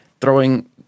throwing